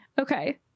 Okay